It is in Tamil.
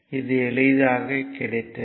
இது எளிதாக கிடைத்தது